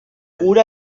hura